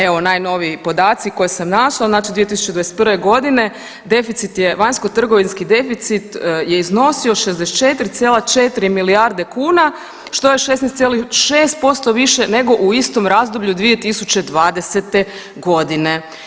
Evo najnoviji podaci koje sam našla, znači 2021. godine deficit je, vanjsko-trgovinski deficit je iznosio 64,4 milijarde kuna što je 16,6% više nego u istom razdoblju 2020. godine.